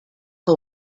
que